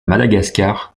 madagascar